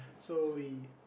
so we